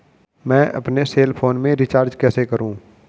मैं अपने cell phone में रिचार्ज कैसे करूँ?